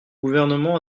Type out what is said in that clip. gouvernement